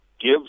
gives